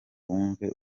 wumve